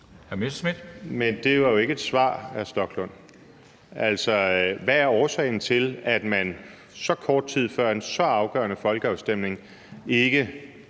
Men det var jo ikke et svar, hr. Rasmus Stoklund. Altså, hvad er årsagen til, at man så kort tid før en så afgørende folkeafstemning ikke